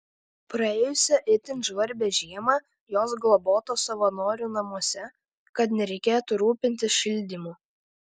praėjusią itin žvarbią žiemą jos globotos savanorių namuose kad nereikėtų rūpintis šildymu